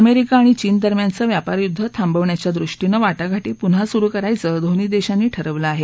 America आणि चीन दरम्यानचं व्यापास्युद्ध थांबवण्याच्या दृष्टीनं वा त्याती पुन्हा सुरु करायचं दोन्ही देशांनी ठरवलं आहे